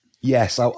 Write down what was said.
yes